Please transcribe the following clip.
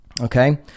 okay